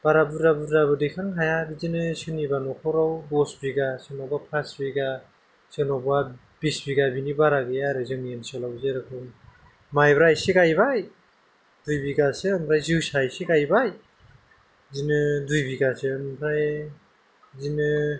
बारा बुरजा बुरजाबो दैखांनो हाया बिदिनो सोरनिबा न'खराव दस बिगा सोरनावबा फास बिगा सोरनावबा बिस बिगा बिनि बारा गैया आरो जोंनि ओनसोलाव जेरखम माइब्रा एसे गायबाय दुइ बिगासो ओमफ्राय जोसा एसे गायबाय बिदिनो दुइ बिगासो ओमफ्राय बिदिनो